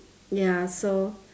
ya so